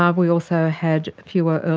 um we also had fewer,